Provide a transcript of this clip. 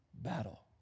battle